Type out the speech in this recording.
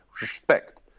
respect